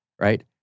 Right